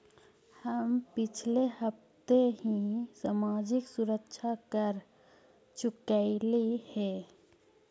हम पिछले हफ्ते ही सामाजिक सुरक्षा कर चुकइली हे